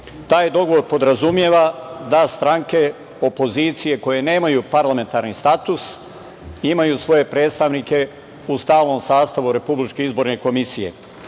Taj dogovor podrazumeva da stranke opozicije koje nemaju parlamentarni status imaju svoje predstavnike u stalnom sastavu Republičke izborne komisije.